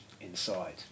inside